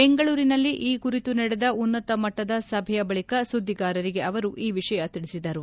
ಬೆಂಗಳೂರಿನಲ್ಲಿ ಈ ಕುರಿತು ನಡೆದ ಉನ್ನತ ಮಟ್ಟದ ಸಭೆಯ ಬಳಿಕ ಸುದ್ವಿಗಾರರಿಗೆ ಅವರು ಈ ವಿಷಯ ತಿಳಿಸಿದರು